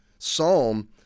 Psalm